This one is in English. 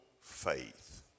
faith